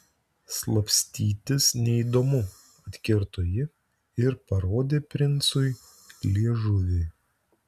slapstytis neįdomu atkirto ji ir parodė princui liežuvį